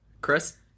Chris